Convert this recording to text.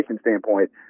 standpoint